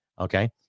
okay